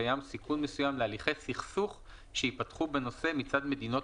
קיים סיכון מסוים להליכי סכסוך שיפתחו בנושא מצד מדינות